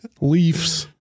Leafs